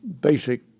basic